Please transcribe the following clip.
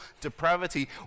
depravity